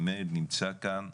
ומאיר נמצא כאן,